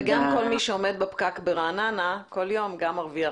וגם כל מי שעומד בפקק ברעננה כל יום גם מרוויח,